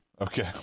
Okay